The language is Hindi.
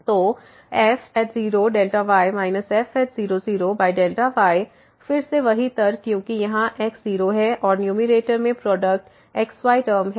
तो f0Δy f00Δy फिर से वही तर्क क्योंकि यहाँ x 0 है और न्यूमैरेटर में प्रोडक्ट x y टर्म है